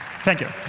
thank you.